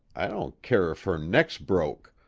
i don't ker if her neck's broke!